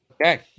Okay